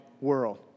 world